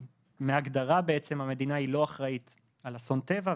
בהגדרה המדינה בעצם לא אחראית על אסון טבע,